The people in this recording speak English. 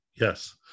Yes